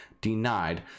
denied